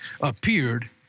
appeared